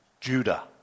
Judah